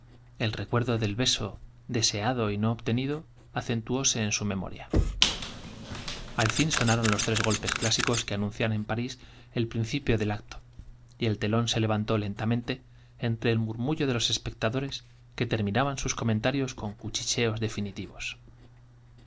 el recuerdo del beso deseado y no obtenido acentuóse en su memoria al fin sonaron los tres golpes clásicos que anuncian en parís el principio del acto y el telón se levantó lentamente entre el murmullo de los espectadores que terminaban sus comentarios con cuchicheos definitivos y